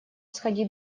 сходи